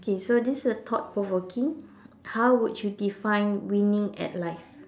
okay so this is a thought provoking how would you define winning at life